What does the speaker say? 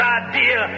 idea